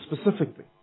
specifically